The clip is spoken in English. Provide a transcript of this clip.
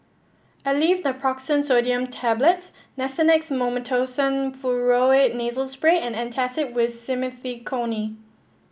Aleve Naproxen Sodium Tablets Nasonex Mometasone Furoate Nasal Spray and Antacid with Simethicone